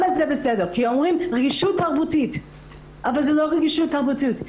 כי אומרים רגישות תרבותית אבל זאת לא רגישות תרבותית.